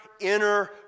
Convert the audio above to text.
inner